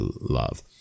love